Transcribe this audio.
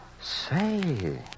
Say